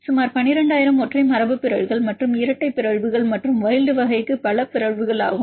இது சுமார் 12000 ஒற்றை மரபுபிறழ்வுகள் மற்றும் சில இரட்டை பிறழ்வுகள் மற்றும் வைல்ட் வகைக்கு பல பிறழ்வுகள் ஆகும்